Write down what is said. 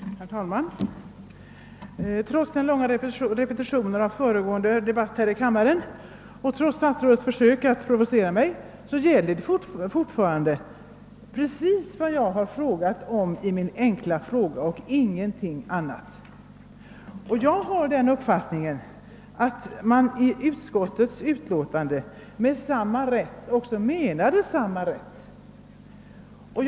Herr talman! Trots den långa repetitionen av tidigare debatt i ämnet här i kammaren och trots statsrådets försök att provocera mig kvarstår fortfarande det spörsmål som jag framställt i min enkla fråga och inget annat. Jag har den uppfattningen att man i utskottets utlåtande med orden »samma rätt» också menade att studerande på särskild utbildningslinje skall ha samma rätt som de andra.